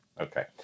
Okay